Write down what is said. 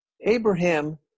Abraham